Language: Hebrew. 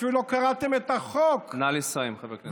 אפילו לא קראתם את החוק, נא לסיים, חבר הכנסת כץ.